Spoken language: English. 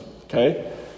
Okay